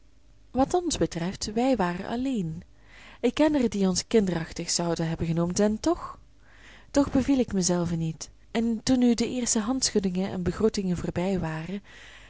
wat ons betreft wij waren alleen ik ken er die ons kinderachtig zouden hebben genoemd en toch toch beviel ik mijzelven niet en toen nu de eerste handschuddingen en begroetingen voorbij waren